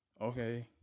okay